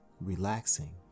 relaxing